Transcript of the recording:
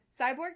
Cyborg